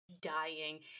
dying